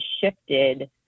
shifted